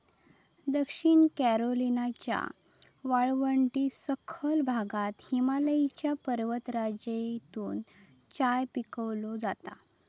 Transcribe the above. दक्षिण कॅरोलिनाच्या वाळवंटी सखल भागात हिमालयाच्या पर्वतराजीतून चाय पिकवलो जाता